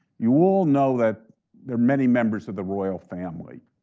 you all know that there are many members of the royal family.